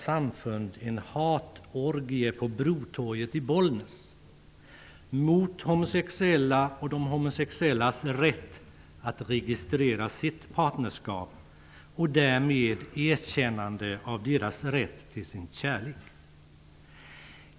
samfund en hatorgie på Brotorget i Bollnäs mot de homosexuella och deras rätt att registrera sitt partnerskap och därmed mot erkännande av de homosexuellas rätt till sin kärlek.